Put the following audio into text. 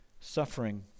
Suffering